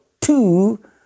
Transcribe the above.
two